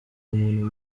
muntu